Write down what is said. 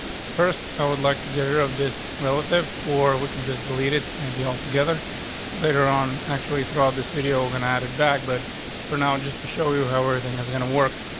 first, i would like to get her of this relative, or we could just delete it may be all together later on, actually, throughout this video and added back. but for now, and just to show you how everything is gonna work,